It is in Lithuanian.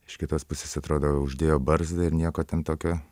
iš kitos pusės atrodo uždėjo barzdą ir nieko ten tokio